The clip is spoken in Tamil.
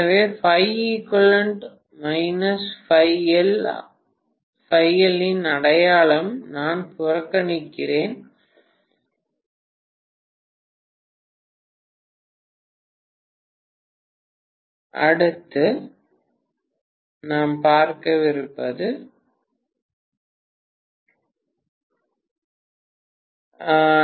எனவேஇன் அடையாளம் நாம் புறக்கணிக்கிறோம் இது புறக்கணிக்கப்படுகிறது